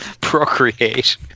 procreate